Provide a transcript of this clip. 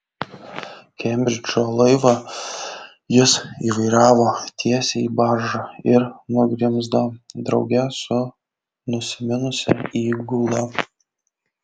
kembridžo laivą jis įvairavo tiesiai į baržą ir nugrimzdo drauge su nusiminusia įgula